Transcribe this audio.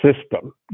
system